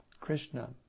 Krishna